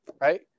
Right